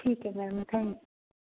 ਠੀਕ ਹੈ ma'am thank